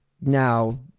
Now